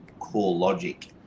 CoreLogic